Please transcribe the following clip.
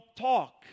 talk